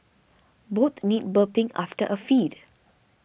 both need burping after a feed